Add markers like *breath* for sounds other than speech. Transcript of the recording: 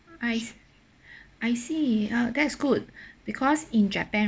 I *breath* I see uh that's good *breath* because in japan